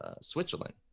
switzerland